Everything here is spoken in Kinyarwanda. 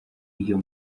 iyo